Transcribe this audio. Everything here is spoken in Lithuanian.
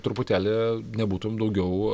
truputėlį nebūtum daugiau